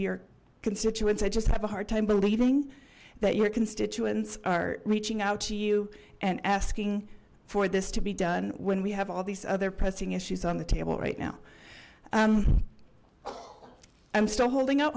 your constituents i just have a hard time believing that your constituents are reaching out to you and asking for this to be done when we have all these other pressing issues on the table right now i'm still holding